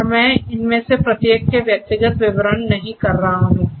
और मैं इनमें से प्रत्येक घटक के व्यक्तिगत विवरण नहीं कर रहा हूं